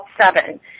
seven